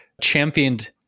championed